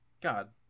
God